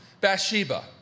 Bathsheba